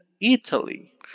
Italy